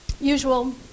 usual